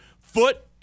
Foot